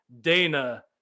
dana